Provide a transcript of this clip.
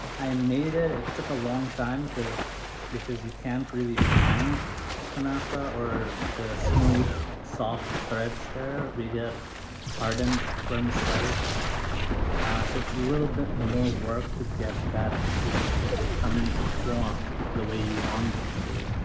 i made it it took a long time because because you can't really find kunafa or the smooth soft threads here we get hardened vermicelli here so it's a little bit more work to get that to come into form the way you want it to.